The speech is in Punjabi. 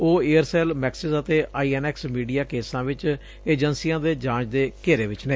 ਉਹ ਏਅਰ ਸੈੱਲ ਮੈਕਸਿਸ ਅਤੇ ਆਈ ਐਨ ਐਕਸ ਮੀਡੀਆ ਕੇਸਾਂ ਵਿਚ ਏਜੰਸੀਆਂ ਦੇ ਜਾਂਚ ਦੇ ਘੇਰੇ ਵਿਚ ਨੇ